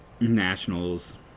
Nationals